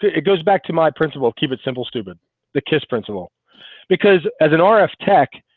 it goes back to my principal keep it simple stupid the kiss principle because as an rf tech,